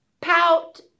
Pout